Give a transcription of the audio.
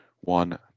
one